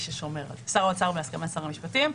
שר האוצר בהסכמת שר המשפטים.